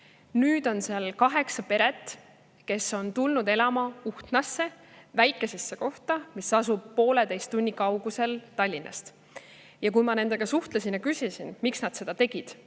Nüüd on seal kaheksa peret. Nad on tulnud elama Uhtnasse, väikesesse kohta, mis asub pooleteise tunni kaugusel Tallinnast. Kui ma nendega suhtlesin ja küsisin, miks nad seda tegid,